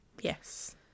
Yes